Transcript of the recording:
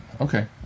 okay